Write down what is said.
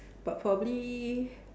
but probably